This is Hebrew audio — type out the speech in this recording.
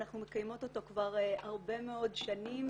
אנחנו מקיימות אותו כבר הרבה מאוד שנים.